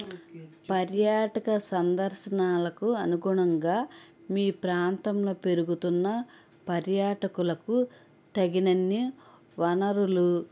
పర్యాటక సందర్శనాలకు అనుగుణంగా మీ ప్రాంతంలో పెరుగుతున్న పర్యాటకులకు తగినన్ని వనరులు